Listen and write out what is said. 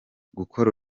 gukora